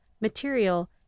material